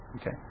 Okay